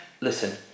listen